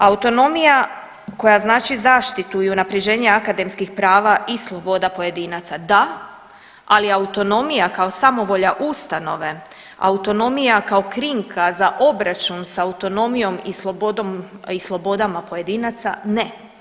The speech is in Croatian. Autonomija koja znači zaštitu i unaprjeđenje akademskih prava i sloboda pojedinaca da, ali autonomija kao samovolja ustanova, autonomija kao krinka za obračun s autonomijom i slobodama pojedinaca, ne.